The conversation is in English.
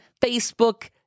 Facebook